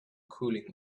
cooling